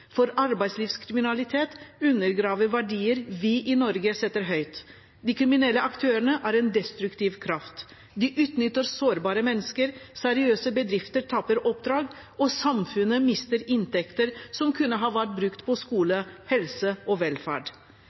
For arbeidslivskriminalitet undergraver verdier vi i Norge setter høyt. De kriminelle aktørene er en destruktiv kraft. De utnytter sårbare mennesker, seriøse bedrifter taper oppdrag, og samfunnet mister inntekter som kunne ha vært brukt på skole, helse og velferd.